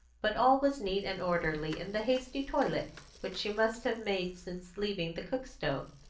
but all was neat and orderly in the hasty toilet which she must have made since leaving the cook-stove.